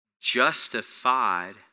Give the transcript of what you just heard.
justified